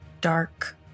dark